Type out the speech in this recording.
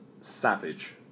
Savage